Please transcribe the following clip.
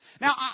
Now